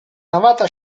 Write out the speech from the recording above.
navata